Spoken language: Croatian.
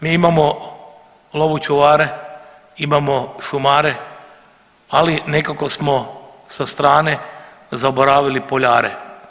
Mi imamo lovočuvare, imamo šumare, ali nekako smo sa strane zaboravili poljare.